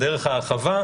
על דרך ההרחבה.